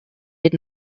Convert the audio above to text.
did